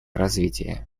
развития